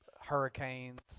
hurricanes